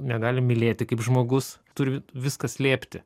negali mylėti kaip žmogus turi viską slėpti